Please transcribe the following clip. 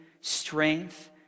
strength